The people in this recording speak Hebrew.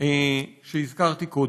שהזכרתי קודם.